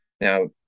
Now